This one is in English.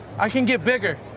i can get bigger.